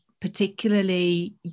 particularly